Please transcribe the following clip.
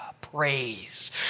praise